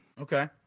Okay